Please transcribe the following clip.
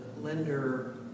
lender